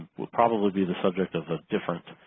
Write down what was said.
will probably be the subject of a different